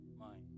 mind